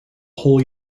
whole